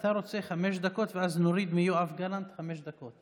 אתה רוצה חמש דקות ואז נוריד מיואב גלנט חמש דקות?